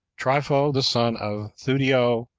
trypho, the son of theudio,